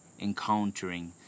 Encountering